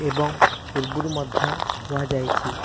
ଏବଂ ପୂର୍ବରୁ ମଧ୍ୟ କୁହାଯାଇଛି